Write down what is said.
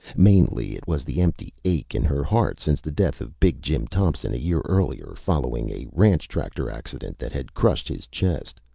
mainly it was the empty ache in her heart since the death of big jim thompson a year earlier following a ranch tractor accident that had crushed his chest.